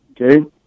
Okay